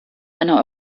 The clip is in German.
einer